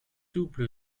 double